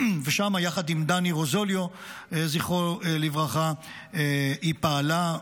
ושם, יחד עם דני רוזוליו, זכרו לברכה, היא פעלה.